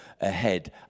ahead